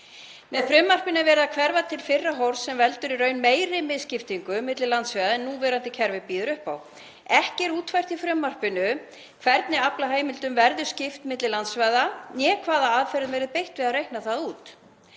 Með frumvarpinu er verið að hverfa til fyrra horfs sem veldur í raun meiri misskiptingu milli landsvæða en núverandi kerfi býður upp á. Ekki er útfært í frumvarpinu hvernig aflaheimildum verði skipt milli landsvæða né hvaða aðferðum verði beitt við að reikna það út.